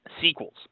sequels